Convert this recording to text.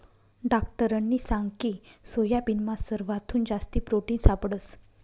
डाक्टरनी सांगकी सोयाबीनमा सरवाथून जास्ती प्रोटिन सापडंस